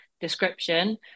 description